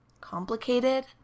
complicated